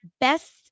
best